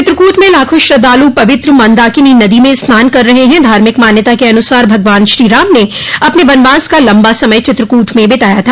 चित्रकूट में लाखो श्रद्धालु पवित्र मंदाकिनी नदी में स्नान कर रहे हैं धार्मिक मान्यता के अनुसार भगवान श्रीराम ने अपने वनवास का लम्बा समय चित्रकूट में बिताया था